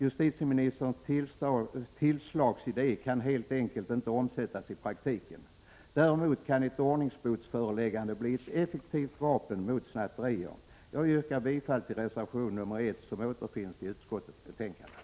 Justitieministerns tillslagsidé kan helt enkelt inte omsättas i praktiken. Däremot kan ett ordningsbots föreläggande bli ett effektivt vapen mot snatterier. Jag yrkar bifall till den reservation som återfinns i utskottets betänkande.